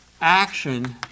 action